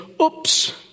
oops